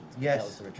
Yes